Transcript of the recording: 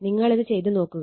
നിങ്ങളത് ചെയ്ത് നോക്കുക